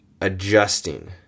adjusting